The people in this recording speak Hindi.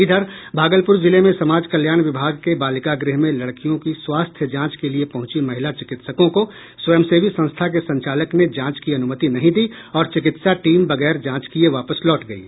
इधर भागलपुर जिले में समाज कल्याण विभाग के बालिका गृह में लड़कियों की स्वास्थ्य जांच के लिये पहुंची महिला चिकित्सकों को स्वयंसेवी संस्था के संचालक ने जांच की अनुमति नहीं दी और चिकित्सा टीम बगैर जांच किये वापस लौट गयी